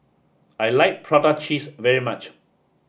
I like Prata Cheese very much